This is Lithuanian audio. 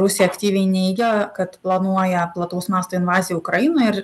rusija aktyviai neigė kad planuoja plataus masto invaziją ukrainoj ir